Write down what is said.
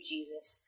Jesus